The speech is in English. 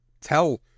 tell